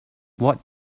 what